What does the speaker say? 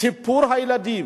סיפור הילדים.